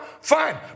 fine